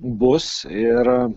bus ir